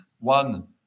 one